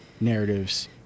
narratives